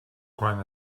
quan